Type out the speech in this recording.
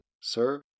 Sir